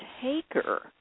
taker